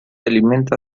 alimenta